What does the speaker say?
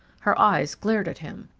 her eyes glared at him.